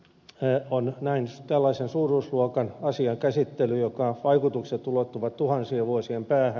nyt on tällaisen suuruusluokan asian käsittely jonka vaikutukset ulottuvat tuhansien vuosien päähän